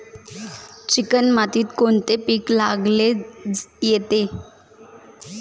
Chicken मातीत कोणते पीक चांगले येते?